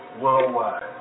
worldwide